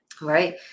right